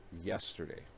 yesterday